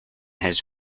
his